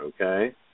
okay